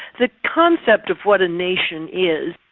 the concept of what a nation is,